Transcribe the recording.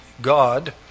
God